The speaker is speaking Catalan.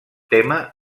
témer